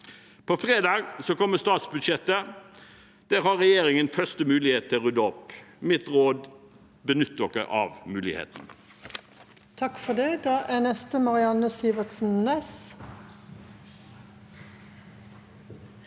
På fredag kommer statsbudsjettet. Der har regjeringen den første muligheten til å rydde opp. Mitt råd: Benytt dere av muligheten.